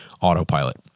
autopilot